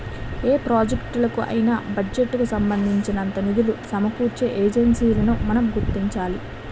ఏ ప్రాజెక్టులకు అయినా బడ్జెట్ కు సంబంధించినంత నిధులు సమకూర్చే ఏజెన్సీలను మనం గుర్తించాలి